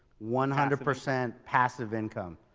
one hundred percent passive income.